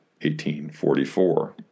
1844